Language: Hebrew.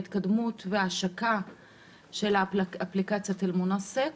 ההתקדמות וההשקה של אפליקציית אלמונסק.